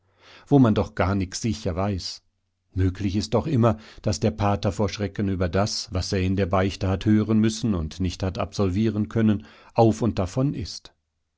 wo man doch gar nix sicher weiß möglich ist doch immer daß der pater vor schrecken über das was er in der beichte hat hören müssen und nicht hat absolvieren können auf und davon ist